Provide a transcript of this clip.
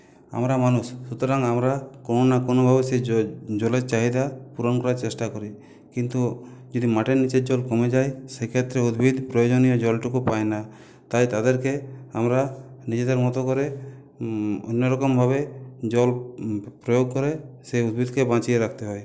আমরা মানুষ সুতরাং আমরা কোনো না কোনো ভাবে সেই জলের চাহিদা পূরণ করার চেষ্টা করি কিন্তু যদি মাটির নীচের জল কমে যায় সেক্ষেত্রে উদ্ভিদ প্রয়োজনীয় জলটুকু পায় না তাই তাদেরকে আমরা নিজেদের মতো করে অন্য রকমভাবে জল প্রয়োগ করে সেই উদ্ভিদকে বাঁচিয়ে রাখতে হয়